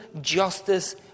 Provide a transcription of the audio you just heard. justice